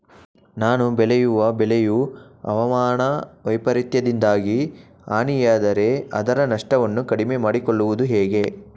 ನಾನು ಬೆಳೆಯುವ ಬೆಳೆಯು ಹವಾಮಾನ ವೈಫರಿತ್ಯದಿಂದಾಗಿ ಹಾನಿಯಾದರೆ ಅದರ ನಷ್ಟವನ್ನು ಕಡಿಮೆ ಮಾಡಿಕೊಳ್ಳುವುದು ಹೇಗೆ?